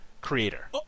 creator